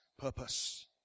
purpose